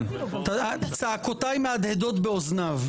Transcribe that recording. צעקותיי מהדהדות באוזניו.